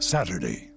Saturday